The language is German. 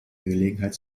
gelegenheit